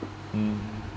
mm